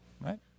right